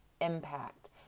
impact